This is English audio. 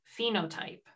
phenotype